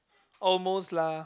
almost lah